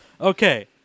okay